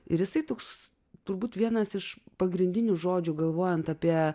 ir jisai toks turbūt vienas iš pagrindinių žodžių galvojant apie